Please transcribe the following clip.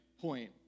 point